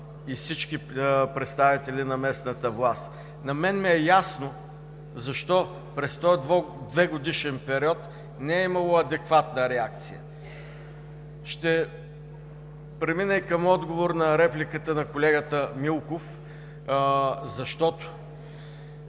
и всички представители на местната власт. На мен ми е ясно защо през този 2-годишен период не е имало адекватна реакция. Ще премина и към отговор на репликата на колегата Милков. Вие